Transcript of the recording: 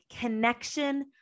connection